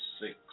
Six